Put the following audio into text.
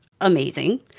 amazing